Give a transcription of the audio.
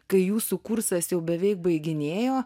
kai jūsų kursas jau beveik baiginėjo